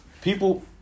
People